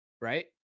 right